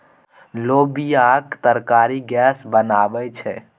लोबियाक तरकारी गैस बनाबै छै